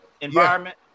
environment